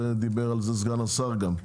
זה דיבר על זה סגן השר גם.